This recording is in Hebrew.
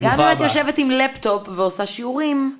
גם אם את יושבת עם לפטופ ועושה שיעורים.